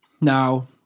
now